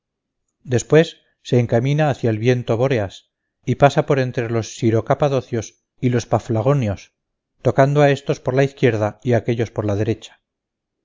después se encamina hacia el viento bóreas y pasa por entre los syrocapadocios y los paflagonios tocando a estos por la izquierda y a aquellos por la derecha